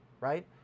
right